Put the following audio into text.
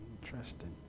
Interesting